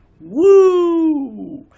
woo